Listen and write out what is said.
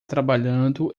trabalhando